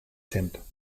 siento